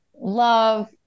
love